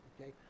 Okay